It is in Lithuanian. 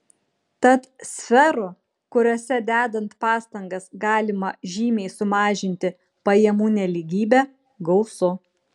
tad sferų kuriose dedant pastangas galima žymiai sumažinti pajamų nelygybę gausu